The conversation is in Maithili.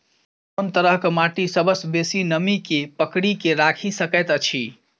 कोन तरहक माटि सबसँ बेसी नमी केँ पकड़ि केँ राखि सकैत अछि?